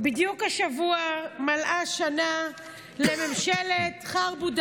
בדיוק השבוע מלאה שנה לממשלת חרבו דרבו,